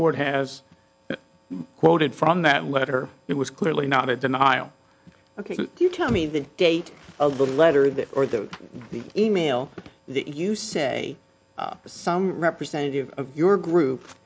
court has quoted from that letter it was clearly not a denial ok can you tell me the date of the letter that or the the e mail that you say to some representative of your group